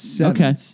Okay